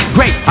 Great